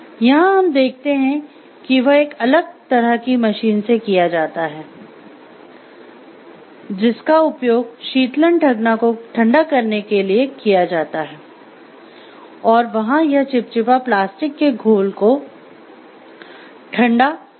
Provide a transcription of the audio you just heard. यहां हम देखते हैं वह एक अलग तरह की मशीन से किया जाता है जिसका उपयोग शीतलन ठगना को ठंडा करने के लिए किया जाता है और वहां यह चिपचिपा प्लास्टिक के घोल को ठंडा करने के लिए किया जाता है